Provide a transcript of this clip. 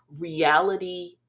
reality